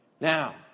Now